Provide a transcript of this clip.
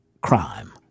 crime